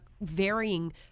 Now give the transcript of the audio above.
varying